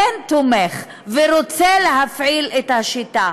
כן תומך ורוצה להפעיל את השיטה,